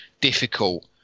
difficult